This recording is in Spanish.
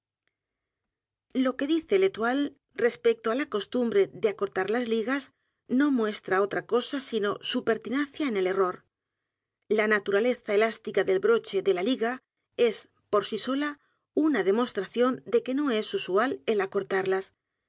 lo que dice l'etoile respecto á la costumbre de acortar las ligas no muestra otra cosa sino su pertinacia en el error la naturaleza elástica del broche de la liga es por sí sola una demostración de que no es usual el acortarlas